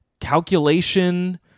calculation